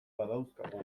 badauzkagu